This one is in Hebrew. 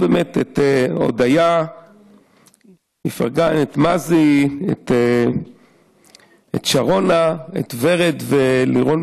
הודיה איפרגן, מזי, שרונה, ורד ולירון